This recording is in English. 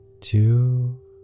two